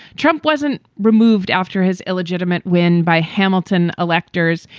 trump wasn't removed after his illegitimate win by hamilton electors.